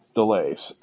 delays